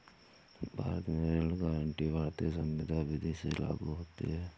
भारत में ऋण गारंटी भारतीय संविदा विदी से लागू होती है